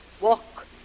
Walk